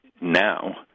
now